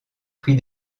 prix